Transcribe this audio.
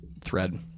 thread